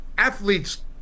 Athletes